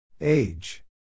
Age